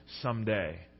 someday